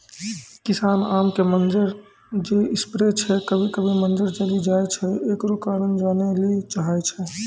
किसान आम के मंजर जे स्प्रे छैय कभी कभी मंजर जली जाय छैय, एकरो कारण जाने ली चाहेय छैय?